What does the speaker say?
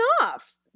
off